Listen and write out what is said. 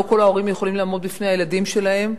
לא כל ההורים יכולים לעמוד בפני הילדים שלהם,